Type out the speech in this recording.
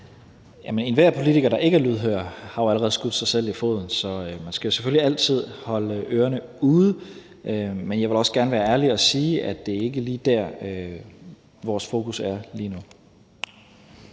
Tesfaye): Enhver politiker, der ikke er lydhør, har jo allerede skudt sig selv i foden. Så man skal selvfølgelig altid holde ørerne ude. Men jeg vil også gerne være ærlig og sige, at det ikke lige er der, vores fokus er lige nu.